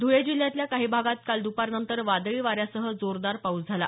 धूळे जिल्ह्यातल्या काही भागात काल दुपारनंतर वादळी वाऱ्यांसह जोरदार पाऊस झाला